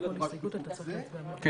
אני